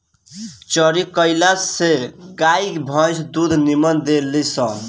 चरी कईला से गाई भंईस दूध निमन देली सन